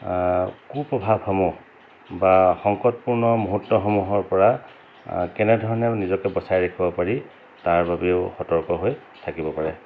কুপ্ৰভাৱসমূহ বা সংকটপূৰ্ণ মুহূৰ্তসমূহৰ পৰা কেনেধৰণে নিজকে বচাই ৰাখিব পাৰি তাৰ বাবেও সতৰ্ক হৈ থাকিব পাৰে